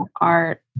art